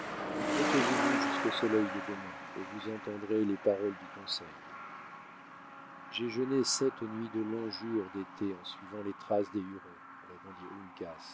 reposez-vous jusqu'au soleil de demain et vous entendrez les paroles du conseil j'ai jeûné sept nuits de longs jours d'été en suivant les traces des hurons répondit